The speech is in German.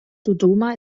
dodoma